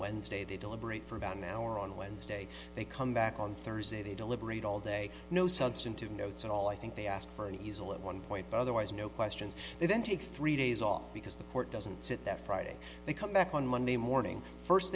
wednesday they deliberate for about an hour on wednesday they come back on thursday they deliberate all day no substantive notes at all i think they asked for an easel at one point otherwise no questions they then take three days off because the court doesn't sit that friday they come back on monday morning first